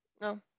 No